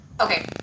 Okay